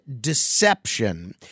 deception